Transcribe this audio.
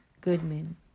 Goodman